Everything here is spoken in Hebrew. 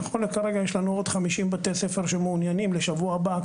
נכון לכרגע יש לנו עוד 50 בתי ספר שמעוניינים לשבוע הבא,